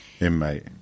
inmate